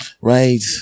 right